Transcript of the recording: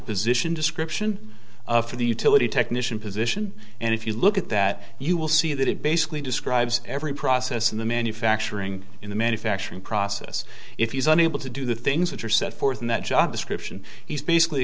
position description for the utility technician position and if you look at that you will see that it basically describes every process in the manufacturing in the manufacturing process if you've been able to do the things that are set forth in that job description he's basically